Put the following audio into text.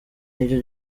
nicyo